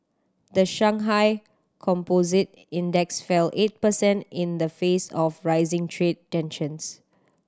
the Shanghai Composite Index fell eight percent in the face of rising trade tensions